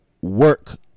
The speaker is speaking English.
work